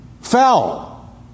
fell